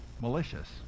malicious